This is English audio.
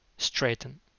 straighten